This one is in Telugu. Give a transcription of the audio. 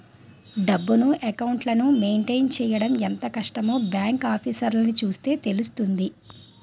డబ్బును, అకౌంట్లని మెయింటైన్ చెయ్యడం ఎంత కష్టమో బాంకు ఆఫీసర్లని చూస్తే తెలుస్తుంది